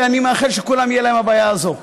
ואני מאחל שלכולם תהיה הבעיה הזו.